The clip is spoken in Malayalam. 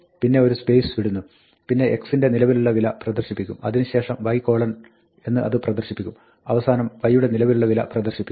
പിന്നെ ഒരു സ്പേസ് വിടുന്നു പിന്നെ x ന്റെ നിലവിവുള്ള വില പ്രദർശിപ്പിക്കും അതിന് ശേഷം y എന്ന് അത് പ്രദർശിപ്പിക്കും അവസാനം y യുടെ നിലവിലുള്ള വില പ്രദർശിപ്പിക്കും